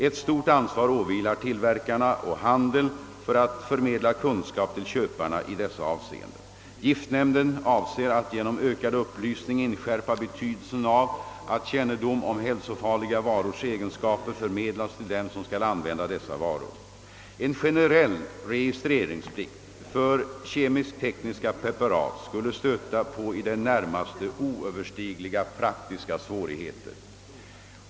Ett stort ansvar åvilar tillverkarna och handeln för att förmedla kunskap till köparna i dessa avseenden. Giftnämnden avser att genom ökad upplysning inskärpa betydelsen av att kännedom om hälsofarliga varors egenskaper förmedlas till dem som skall använda dessa varor. En generell registreringsplikt för kemisk-tekniska preparat skulle stöta på i det närmaste oöverstigliga praktiska svårigheter.